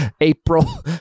April